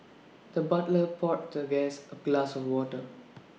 the butler poured the guest A glass of water